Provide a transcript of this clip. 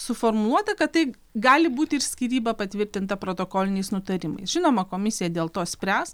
suformuluota kad tai gali būti ir skyryba patvirtinta protokoliniais nutarimais žinoma komisija dėl to spręs